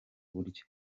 buryo